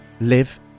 live